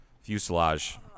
fuselage